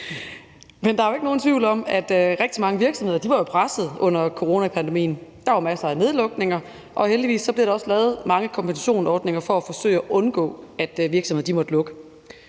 Der er jo ikke nogen tvivl om, at rigtig mange virksomheder var pressede under coronapandemien. Der var masser af nedlukninger, og heldigvis blev der også lavet mange kompensationsordninger for at forsøge at undgå, at virksomheder måtte lukke.